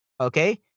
Okay